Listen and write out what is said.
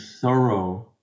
thorough